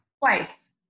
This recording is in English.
Twice